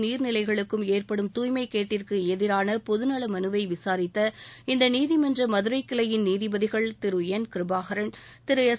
நீர் நிலைகளுக்கும் ஏற்படும் தாய்மைக்கேட்டிற்கு எதிரான பொதுநல மனுவை விசாரித்த இந்த நீதிமன்ற மதுரை கிளையின் நீதிபதிகள் திரு என்கிருபாகரன் திரு எஸ்